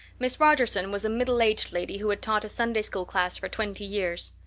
miss rogerson was a middle-aged lady who had taught a sunday-school class for twenty years.